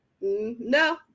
No